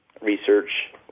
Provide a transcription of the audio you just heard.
research